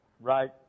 right